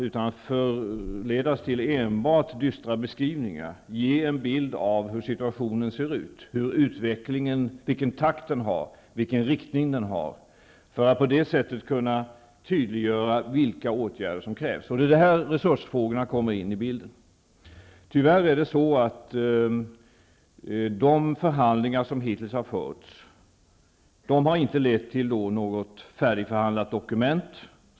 Utan att förledas till enbart dystra beskrivningar, är det viktigt att ibland ge en bild av hur situationen ser ut, dvs. vilken takt och riktning utvecklingen har, för att på det sättet kunna tydliggöra vilka åtgärder som krävs. Det är här resursfrågorna kommer in i bilden. Tyvärr har de förhandlingar som hittills har förts inte lett fram till ett färdigförhandlat dokument.